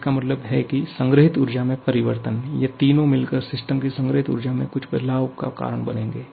इसका मतलब है कि संग्रहीत ऊर्जा में परिवर्तन ये तीनों मिलकर सिस्टम की संग्रहीत ऊर्जा में कुछ बदलाव का कारण बनेंगे